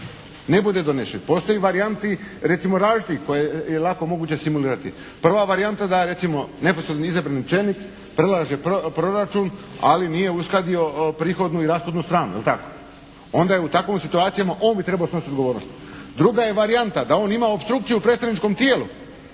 ne bude donesen. Postoje varijanti recimo različitih koji je lako moguće simulirati. Prva varijanta je da recimo neposredno izabrani čelnik predlaže proračun ali nije uskladio prihodovnu i rashodnu stranu, jel tako. Onda je u takvim situacijama on bi trebao snositi odgovornost. Druga je varijanta da on ima opstrukciju u predstavničkom tijelu.